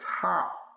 top